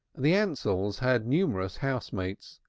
the ansells had numerous housemates,